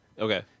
Okay